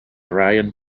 brian